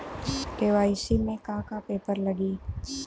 KYC में का का पेपर लगी?